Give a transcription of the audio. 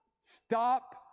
stop